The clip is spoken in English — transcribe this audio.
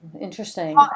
Interesting